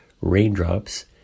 Raindrops